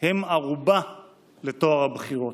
הוא ערובה לטוהר הבחירות.